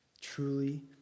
truly